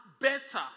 better